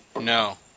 no